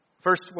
first